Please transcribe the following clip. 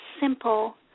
simple